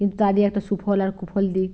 কিন্তু তা দিয়ে একটা সুফল আর কুফল দিক